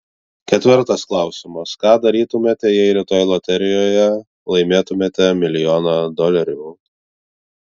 ketvirtas klausimas ką darytumėte jei rytoj loterijoje laimėtumėte milijoną dolerių